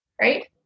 right